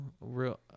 Real